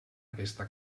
aquesta